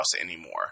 anymore